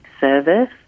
service